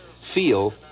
feel